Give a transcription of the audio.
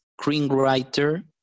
screenwriter